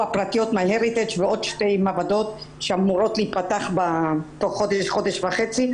"my heritage" ועוד שתי מעבדות שאמורות להיפתח בתוך חודש וחצי,